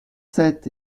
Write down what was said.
sept